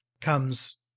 comes